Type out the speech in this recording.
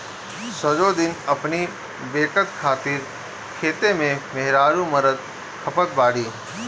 सजो दिन अपनी बेकत खातिर खेते में मेहरारू मरत खपत बाड़ी